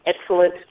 excellent